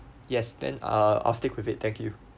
yes then uh I'll stick with it thank you